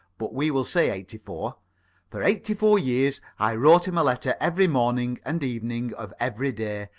but we will say eighty-four for eighty-four years i wrote him a letter every morning and evening of every day,